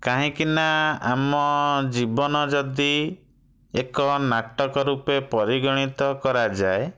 କାହିଁକି ନା ଆମ ଜୀବନ ଯଦି ଏକ ନାଟକ ରୂପେ ପରିଗଣିତ କରାଯାଏ